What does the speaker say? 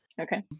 Okay